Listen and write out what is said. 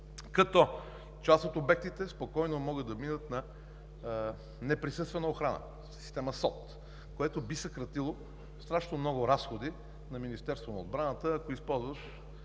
като част от обектите спокойно могат да преминат към неприсъствена охрана – система СОТ, което би съкратило страшно много разходи на Министерството на отбраната, използвани